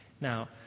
Now